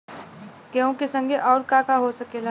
गेहूँ के संगे अउर का का हो सकेला?